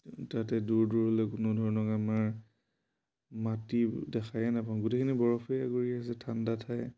তাতে দূৰ দূৰলৈ কোনো ধৰণৰ আমাৰ মাটি দেখায়ে নাপাব গোটেইখিনি বৰফেই আগুৰি আছে ঠাণ্ডা ঠাই